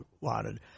wanted